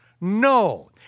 No